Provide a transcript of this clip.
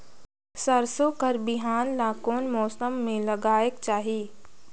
सरसो कर बिहान ला कोन मौसम मे लगायेक चाही?